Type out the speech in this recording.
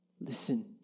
Listen